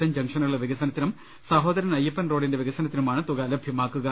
N ജംഗ്ഷനുകളുടെ വികസനത്തിനും Sahodaran Ayyappan റോഡിന്റെ വികസനത്തിനുമാണ് തുക ലഭ്യമാക്കുക